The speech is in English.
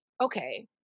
Okay